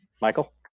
Michael